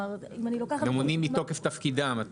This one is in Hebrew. את מתכוונת שהם ממונים מתוקף תפקידם.